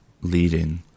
leading